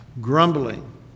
grumbling